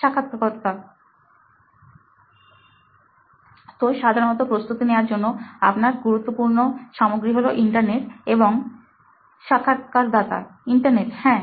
সাক্ষাৎকারকর্তা তো সাধারণত প্রস্তুতি নেওয়ার জন্য আপনার গুরুত্বপূর্ণ সামগ্রী হলো ইন্টারনেট এবং সাক্ষাৎকারদাতা ইন্টারনেট হ্যাঁ